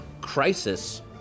Crisis